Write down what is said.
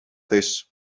this